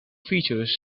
features